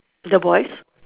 the boys